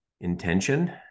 intention